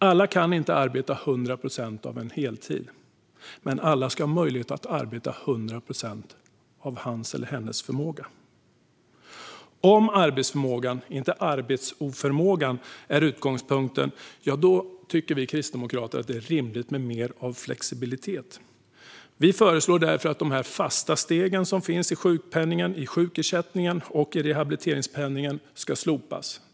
Alla kan inte arbeta 100 procent av en heltid, men alla ska ha möjlighet att arbeta 100 procent av sin förmåga. Om arbetsförmågan, inte arbetsoförmågan, är utgångspunkten tycker vi kristdemokrater att det är rimligt med mer flexibilitet. Vi föreslår därför att de fasta steg som finns i sjukpenningen, i sjukersättningen och i rehabiliteringspenningen ska slopas.